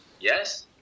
Yes